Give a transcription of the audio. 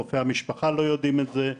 רופאי המשפחה לא יודעים את זה,